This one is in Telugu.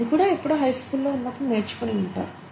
ఇది కూడా ఎప్పుడో హై స్కూల్లో ఉన్నప్పుడు నేర్చుకుని ఉంటారు